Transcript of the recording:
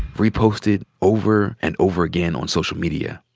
reposted over and over again on social media.